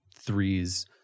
threes